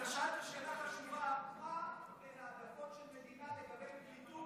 אתה שאלת שאלה חשובה: מהן ההעדפות של המדינה לגבי פליטות